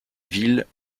ville